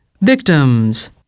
victims